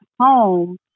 home